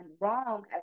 wrong